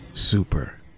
Super